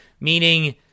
Meaning